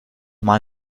mal